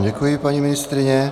Děkuji vám, paní ministryně.